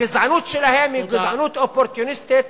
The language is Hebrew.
הגזענות שלהם היא גזענות אופורטוניסטית